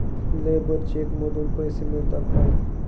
Labour cheque मधून पैसे मिळतात का?